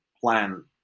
plan